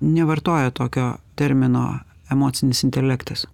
nevartoja tokio termino emocinis intelektas